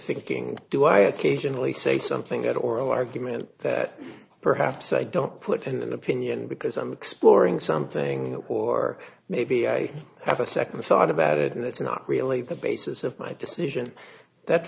thinking do i occasionally say something at oral argument that perhaps i don't put in an opinion because i'm exploring something or maybe i have a second thought about it and that's not really the basis of my decision that